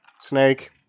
snake